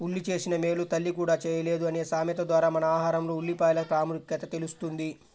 ఉల్లి చేసిన మేలు తల్లి కూడా చేయలేదు అనే సామెత ద్వారా మన ఆహారంలో ఉల్లిపాయల ప్రాముఖ్యత తెలుస్తుంది